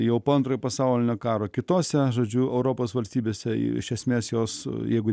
jau po antrojo pasaulinio karo kitose žodžiu europos valstybėse iš esmės jos jeigu